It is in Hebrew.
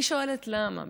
אני שואלת למה.